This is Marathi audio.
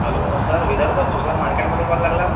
हॅलो सर विदर्भ सुपरमार्केटमध्ये कॉल लागला का